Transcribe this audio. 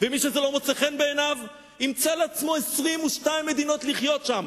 ומי שזה לא מוצא חן בעיניו ימצא לעצמו 22 מדינות לחיות שם.